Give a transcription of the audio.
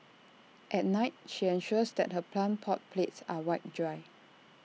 at night she ensures that her plant pot plates are wiped dry